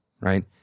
right